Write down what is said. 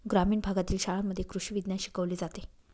ग्रामीण भागातील शाळांमध्ये कृषी विज्ञान शिकवले जाते